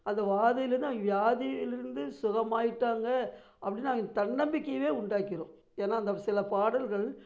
அந்த வாதியிலிருந்து அவங்க வியாதியிலிருந்து சுகமாயிட்டாங்க அப்படின்னு அவங்க தன்னம்பிக்கையேவே உண்டாக்கிடும் ஏனால் அந்த சில பாடல்கள்